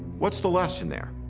what's the lesson there?